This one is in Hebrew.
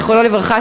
זיכרונו לברכה,